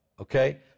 okay